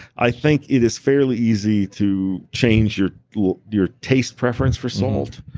i think it is fairly easy to change your your taste preference for salt.